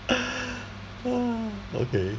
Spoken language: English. okay